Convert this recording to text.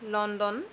London